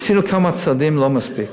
עשינו כמה צעדים, זה לא מספיק.